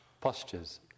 postures